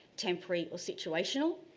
temporary or situational.